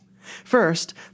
First